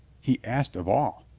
he asked of all.